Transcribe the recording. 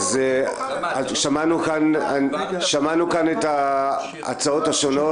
שמענו כאן את ההצעות השונות.